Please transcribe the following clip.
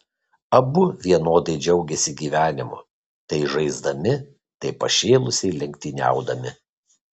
abu vienodai džiaugėsi gyvenimu tai žaisdami tai pašėlusiai lenktyniaudami